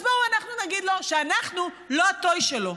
אז בואו אנחנו נגיד לו שאנחנו לא ה-toy שלו.